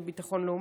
זה הביטחון הלאומי,